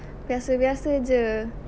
biasa biasa jer